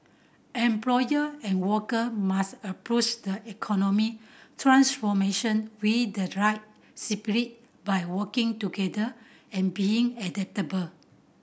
employer and worker must approach the economic transformation with the right spirit by working together and being adaptable